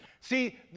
See